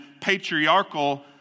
patriarchal